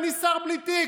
אני שר בלי תיק,